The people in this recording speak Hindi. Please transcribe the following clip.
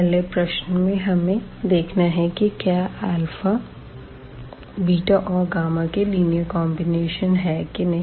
पहले प्रश्न में हमे देखना है कि क्या और के लीनियर कांबिनेशन है कि नहीं